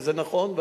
וזה נכון,